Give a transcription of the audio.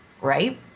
Right